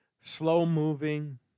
slow-moving